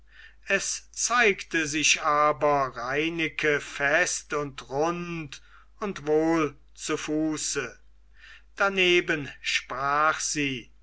es zeigte sich aber reineke fett und rund und wohl zu fuße daneben sprach sie